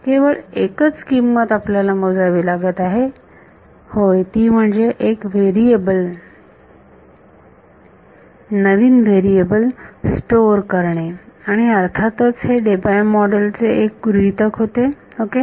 केवळ एकच किंमत आपल्याला मोजावी लागत आहे होय ती म्हणजे एक नवीन व्हेरिएबल स्टोअर करणे आणि अर्थातच हे डेबाय मॉडेल चे हे एक गृहीतक होते ओके